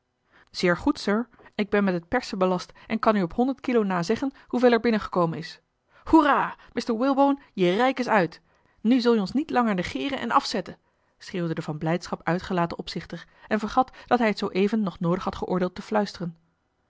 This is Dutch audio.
zeer goed sir ik ben met het persen belast en kan u op honderd kilo na zeggen hoeveel er binnen gekomen is hoera mr walebone je rijk is uit nu zul je ons niet langer negeren en afzetten schreeuwde de van blijdschap uitgelaten opzichter en vergat dat hij het zooeven nog noodig had geoordeeld te fluisteren